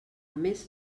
més